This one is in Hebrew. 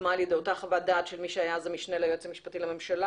שהוקמה על ידי אותה חוות דעת של מי שהיה אז המשנה ליועץ המשפטי לממשלה,